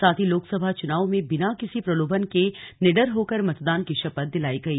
साथ ही लोकसभा चुनाव में बिना किसी प्रलोभन के निडर होकर मतदान की शपथ दिलाई गई